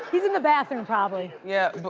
he's in the bathroom, probably. yeah,